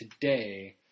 today